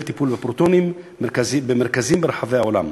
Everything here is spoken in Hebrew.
טיפול בפרוטונים במרכזים ברחבי העולם.